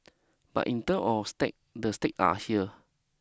but in terms of stake the stake are here